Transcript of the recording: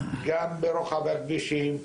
גם ברוחב הכבישים,